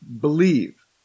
believe